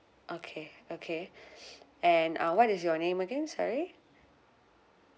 okay okay and uh what is your name again sorry